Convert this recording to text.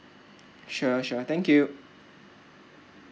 sure sure thank you